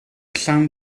llawn